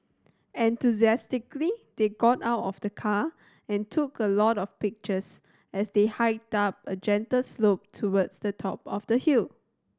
enthusiastically they got out of the car and took a lot of pictures as they hiked up a gentle slope towards the top of the hill